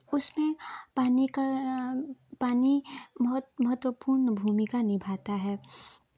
उसमें पानी का पानी बहुत महत्वपूर्ण भूमिका निभाता है